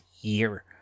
Year